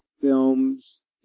films